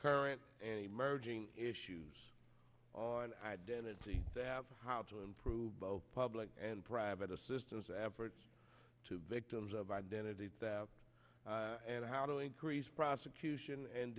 current and emerging issues on identity that how to improve both public and private assistance efforts to victims of identity theft and how to increase prosecution and